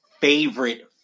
favorite